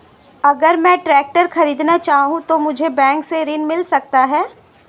अगर मैं ट्रैक्टर खरीदना चाहूं तो मुझे बैंक से ऋण मिल सकता है?